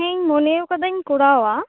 ᱤᱧ ᱢᱚᱱᱮᱣᱟᱠᱟᱫᱟ ᱧ ᱠᱚᱨᱟᱣᱟ